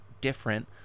different